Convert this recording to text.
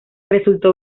resultó